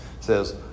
says